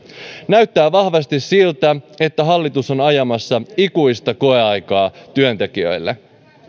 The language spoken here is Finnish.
näyttää vahvasti siltä että hallitus on ajamassa ikuista koeaikaa työntekijöille